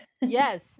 Yes